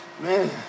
Man